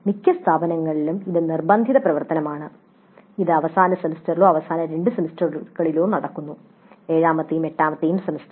മിക്ക സ്ഥാപനങ്ങളിലും ഇത് ഒരു നിർബന്ധിത പ്രവർത്തനമാണ് ഇത് അവസാന സെമസ്റ്ററിലോ അവസാന രണ്ട് സെമസ്റ്ററുകളിലോ നടക്കുന്നു ഏഴാമത്തെയും എട്ടാമത്തെയും സെമസ്റ്റർ